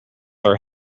are